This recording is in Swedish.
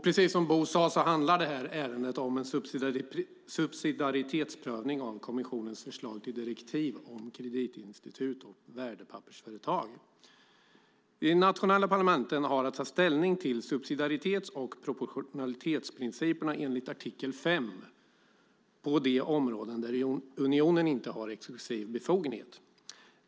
Precis som Bo sade handlar detta ärende om en subsidiaritetsprövning av kommissionens förslag till direktiv om kreditinstitut och värdepappersföretag. De nationella parlamenten har att ta ställning till subsidiaritets och proportionalitetsprinciperna enligt artikel 5 på de områden där unionen inte har exklusiv befogenhet.